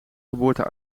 geboorte